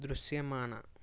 దృస్యమాన